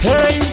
Hey